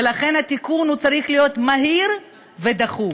ולכן, התיקון צריך להיות מהיר ודחוף.